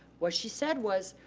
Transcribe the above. what she said was,